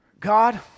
God